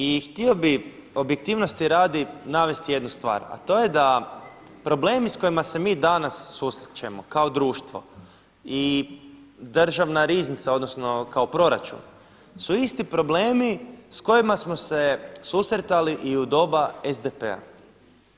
I htio bi objektivnosti radi navesti jednu stvar, a to je da problemi s kojima se mi danas susrećemo kao društvo i državna riznica odnosno kao proračun su isti problemi s kojima smo se susretali i u doba SDP-a.